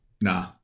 nah